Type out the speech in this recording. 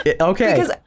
Okay